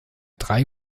drei